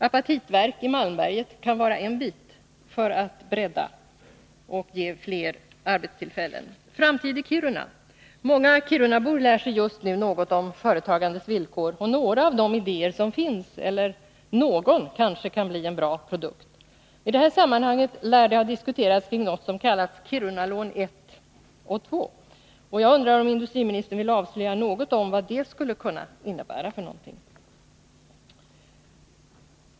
Apatitverk i Malmberget kan vara en bit som breddar och ger fler arbetstillfällen. Framtid i Kiruna? Många kirunabor lär sig just nu något om företagandets villkor, och någon av de idéer som finns kanske kan ge en bra produkt. I det här sammanhanget lär det ha diskuterats om något som heter Kirunalån 1 och 2. Jag undrar om industriministern vill avslöja något om vad det skulle kunna innebära.